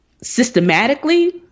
systematically